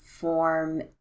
Form